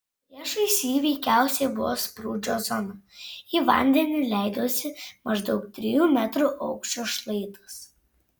priešais jį veikiausiai buvo sprūdžio zona į vandenį leidosi maždaug trijų metrų aukščio šlaitas